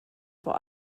vor